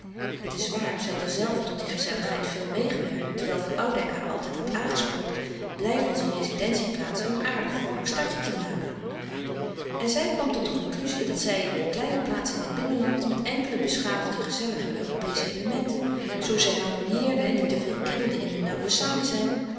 het is waar zij had er zelve tot die gezelligheid veel meêgewerkt terwijl van louis couperus de stille kracht oudijck haar altijd had aangespoord blij van zijn rezidentie plaats een aardig vroolijk stadje te maken en zij kwam tot de concluzie dat zij een kleine plaats in het binnenland met enkele beschaafde gezellige europeesche elementen zoo zij harmonieerden en niet te veel kibbelden in hun nauwe samen zijn